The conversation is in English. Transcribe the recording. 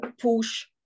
push